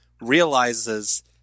realizes